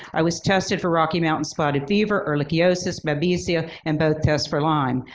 i was tested for rocky mountain spotted fever, ehrlichiosis, babesia, and both test for lyme.